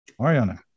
ariana